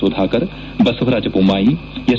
Sudhakar Basavaraj Bommai S